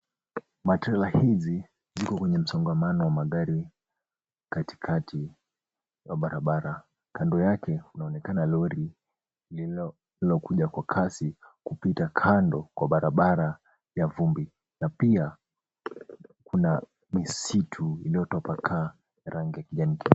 Matrela hizi ziko kwenye msongamano wa magari katikati ya barabara, kando yake kunaonekana lori linalokuja kwa kasi kupita kando kwa barabara ya vumbi na pia kuna misitu iliyotapakaa rangi ya kijani kibichi.